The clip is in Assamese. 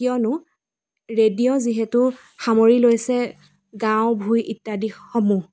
কিয়নো ৰেডিঅ' যিহেতু সামৰি লৈছে গাঁও ভুঁই ইত্যাদি সমূহ